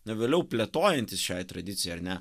vėliau plėtojantis šiai tradicijai ar ne